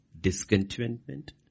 discontentment